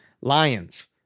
lions